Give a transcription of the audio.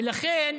ולכן